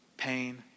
pain